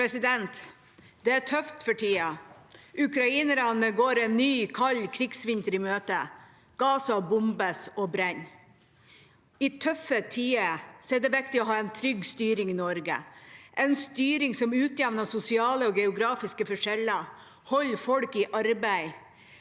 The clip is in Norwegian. Det er tøft for tiden. Ukrainerne går en ny kald krigsvinter i møte. Gaza bombes og brenner. I tøffe tider er det viktig å ha en trygg styring i Norge, en styring som utjevner sosiale og geografiske forskjeller, holder folk i arbeid